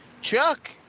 Chuck